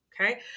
Okay